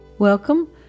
Welcome